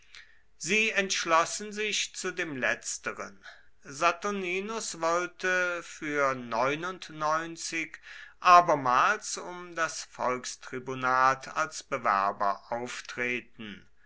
sie entschlossen sich zu dem letzteren saturninus wollte für abermals um das volkstribunat als bewerber auftreten